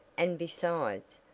and besides,